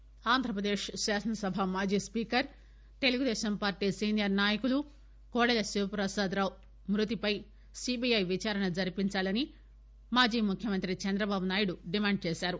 MSL Kodela Andhra Pradesh శాసనసభ మాజీ speaker Telugu Desam party senior నాయకులు కోడెల శివప్రసాద్ రావు మృతిపై సిబిఐ విచారణ జరపాలని మాజీ ముఖ్యమంత్రి చంద్ర బాబు నాయుడు డిమాండ్ చేశారు